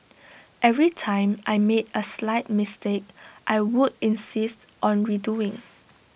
every time I made A slight mistake I would insist on redoing